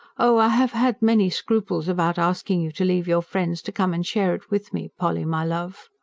oh, i have had many scruples about asking you to leave your friends to come and share it with me, polly my love!